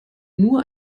nur